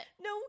No